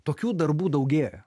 tokių darbų daugėja